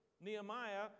Nehemiah